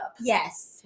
Yes